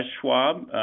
Schwab